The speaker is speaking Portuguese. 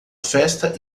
festa